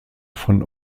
von